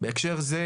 בהקשר זה,